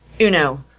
Uno